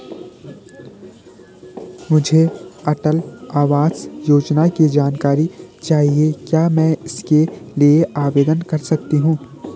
मुझे अटल आवास योजना की जानकारी चाहिए क्या मैं इसके लिए आवेदन कर सकती हूँ?